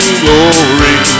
glory